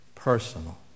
Personal